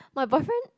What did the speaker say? my boyfriend